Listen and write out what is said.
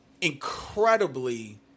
incredibly